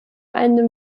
eine